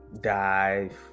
dive